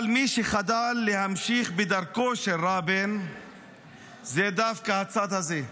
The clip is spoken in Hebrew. אבל מי שחדל להמשיך בדרכו של רבין זה דווקא הצד הזה,